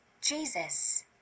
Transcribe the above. Jesus